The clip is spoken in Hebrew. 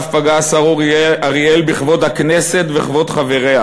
פגע השר אריאל בכבוד הכנסת וכבוד חבריה,